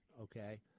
okay